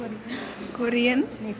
Korean